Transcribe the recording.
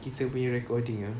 kita punya recording ah